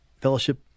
Fellowship